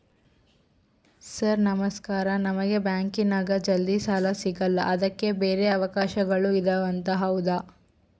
Sir ನಮಸ್ಕಾರ ನಮಗೆ ಬ್ಯಾಂಕಿನ್ಯಾಗ ಜಲ್ದಿ ಸಾಲ ಸಿಗಲ್ಲ ಅದಕ್ಕ ಬ್ಯಾರೆ ಅವಕಾಶಗಳು ಇದವಂತ ಹೌದಾ?